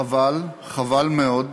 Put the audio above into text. חבל, חבל מאוד,